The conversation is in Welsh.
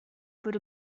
fod